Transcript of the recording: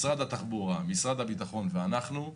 משרד התחבורה, משרד הביטחון ואנחנו,